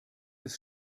des